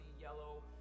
yellow